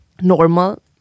normal